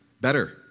better